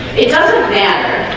it doesn't matter